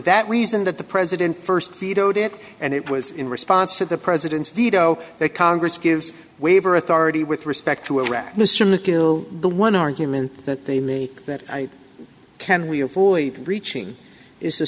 that reason that the president st vetoed it and it was in response to the president's veto that congress gives waiver authority with respect to iraq mr i'm the kill the one argument that they make that i can we are fully reaching is